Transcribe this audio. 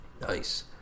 Nice